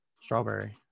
strawberry